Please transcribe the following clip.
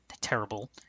terrible